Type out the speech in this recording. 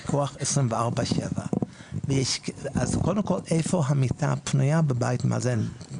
פיקוח 24/7. אז קודם כל איפה המיטה הפנויה בבית מאזן,